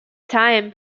time